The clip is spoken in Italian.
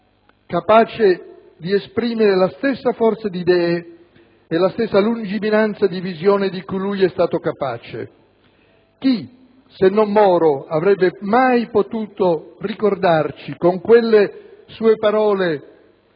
grado di esprimere la stessa forza di idee e la stessa lungimiranza di visione di cui lui è stato capace. Chi, se non Moro, avrebbe mai potuto ricordarci, con quelle sue parole